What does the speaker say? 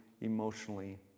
emotionally